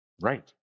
right